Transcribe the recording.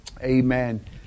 Amen